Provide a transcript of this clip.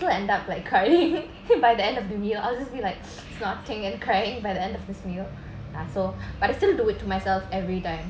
still end up like crying by the end of the meal I'll just be like it's nothing and crying by the end of this meal ya so but I still do it to myself every time